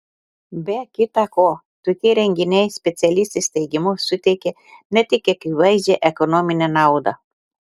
be kita ko tokie renginiai specialistės teigimu suteikia ne tik akivaizdžią ekonominę naudą